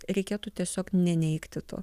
reikėtų tiesiog neneigti to